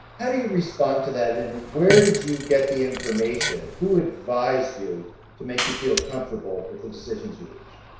how do you respond to that and where did you get the information? who advised you to make you feel comfortable with the decisions you've reached?